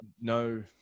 No